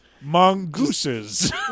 Mongooses